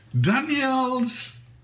Daniel's